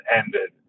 ended